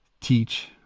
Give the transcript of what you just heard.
teach